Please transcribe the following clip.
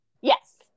Yes